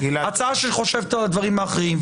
הצעה שחושבת על הדברים האחרים.